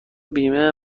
بیمه